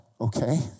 okay